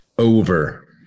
Over